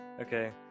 Okay